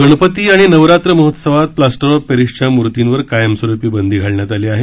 गण ती आणि नवरात्र महोत्सवात प्लास्टर ऑफ ॅरिसच्या मूर्तींवर कायमस्वरुपी बंदी घालण्यात आली आहे